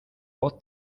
voz